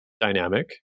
dynamic